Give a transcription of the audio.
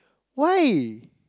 why